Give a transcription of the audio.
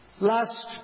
Last